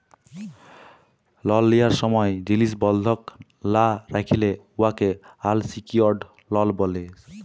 লল লিয়ার ছময় জিলিস বল্ধক লা রাইখলে উয়াকে আলসিকিউর্ড লল ব্যলে